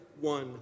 one